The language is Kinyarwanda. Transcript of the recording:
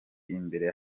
imbere